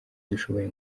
dushoboye